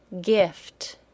gift